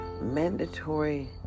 mandatory